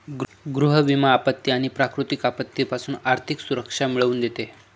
गृह विमा आपत्ती आणि प्राकृतिक आपत्तीपासून आर्थिक सुरक्षा मिळवून देते